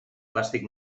plàstic